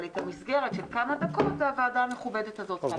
אבל את המסגרת של כמה דקות הוועדה המכובדת הזאת קובעת.